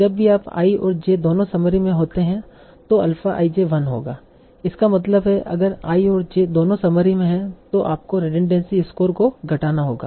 जब भी i और j दोनों समरी में होते हैं तो अल्फा i j वन होगा इसका मतलब है अगर i और j दोनों समरी में हैं तो आपको रिडंडेंसी स्कोर को घटाना होगा